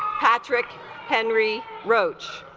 patrick henry roche